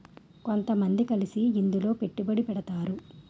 కొంతమంది కలిసి ఇందులో పెట్టుబడి పెడతారు